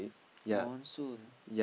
monsoon